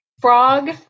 frog